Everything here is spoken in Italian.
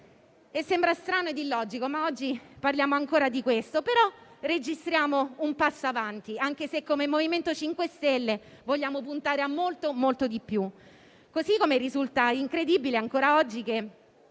Sembra strano ed illogico, ma oggi parliamo ancora di questo. Registriamo, però, un passo avanti anche se, come MoVimento 5 Stelle, vogliamo puntare a molto di più. Così come risulta incredibile ancora oggi che